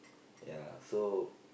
ya so